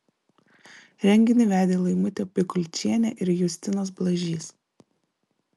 renginį vedė laimutė bikulčienė ir justinas blažys